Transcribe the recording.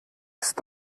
ist